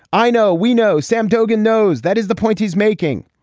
i know we know sam dogan knows that is the point he's making.